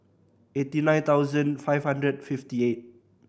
eighty nine thousand five hundred fifty eight